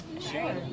Sure